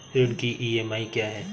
ऋण की ई.एम.आई क्या है?